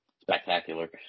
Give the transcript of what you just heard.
spectacular